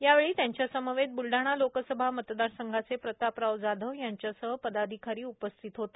यावेळी त्यांच्या समवेत बूलडाणा लोकसभा मतदारसंघाचे प्रतापराव जाधव यांच्यासह पदाधिकारी उपस्थित होते